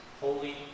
holy